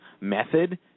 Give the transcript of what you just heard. Method